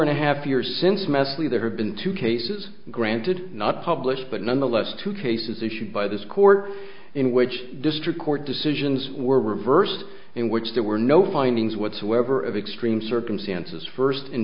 and a half years since mesley there have been two cases granted not published but nonetheless two cases issued by this court in which district court decisions were reversed in which there were no findings whatsoever of extreme circumstances first in